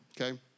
okay